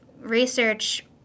research